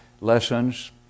lessons